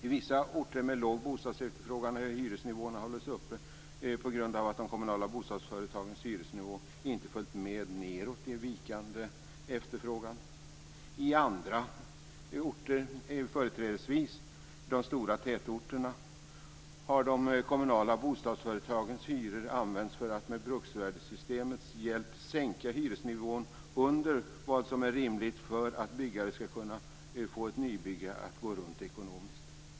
I vissa orter med låg bostadsefterfrågan har hyresnivåerna hållits uppe på grund av att de kommunala bostadsföretagens hyresnivå inte har följt med nedåt i en vikande efterfrågan. I andra orter, företrädesvis de stora tätorterna, har de kommunala bostadsföretagens hyror använts för att man med bruksvärdessystemets hjälp ska kunna sänka hyresnivån under vad som är rimligt för att byggare ska kunna få ett nybygge att gå runt ekonomiskt.